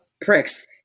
Pricks